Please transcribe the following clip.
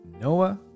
Noah